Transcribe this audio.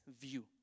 view